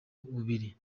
bubiri